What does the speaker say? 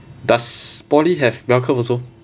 does poly have bell curve also